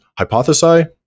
hypothesize